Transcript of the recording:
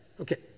Okay